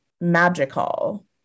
magical